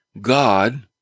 God